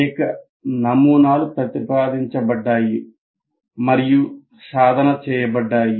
అనేక నమూనాలు ప్రతిపాదించబడ్డాయి మరియు సాధన చేయబడ్డాయి